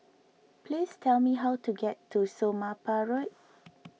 please tell me how to get to Somapah Road